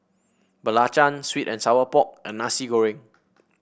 belacan sweet and Sour Pork and Nasi Goreng